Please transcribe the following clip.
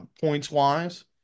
points-wise